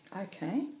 Okay